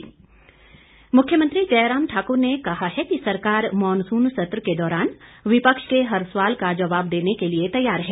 जयराम मुख्यमंत्री जयराम ठाकुर ने कहा है कि सरकार मॉनसून सत्र के दौरान विपक्ष के हर सवाल का जवाब देने के लिए तैयार है